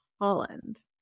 Holland